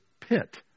pit